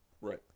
Right